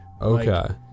Okay